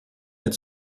mehr